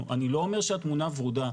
אני לא אומר שהתמונה ורודה,